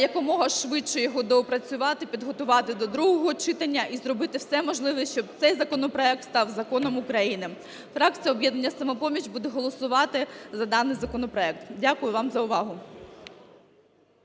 якомога швидше його доопрацювати, підготувати до другого читання і зробити все можливе, щоб цей законопроект став Законом України. Фракція "Об'єднання "Самопоміч" буде голосувати за даний законопроект. Дякую вам за увагу.